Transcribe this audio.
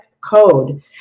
code